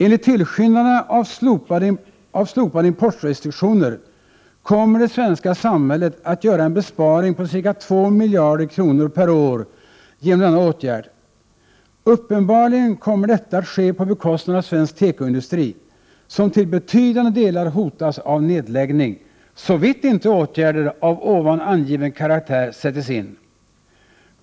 Enligt tillskyndarna av slopade importrestriktioner kommer det svenska samhället att göra en besparing på ca 2 miljarder kronor per år genom denna åtgärd. Uppenbarligen kommer detta att ske på bekostnad av svensk tekoindustri som till betydande delar hotas av nedläggning, såvitt inte åtgärder av tidigare angiven karaktär sätts in.